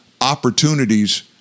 opportunities